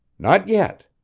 not yet.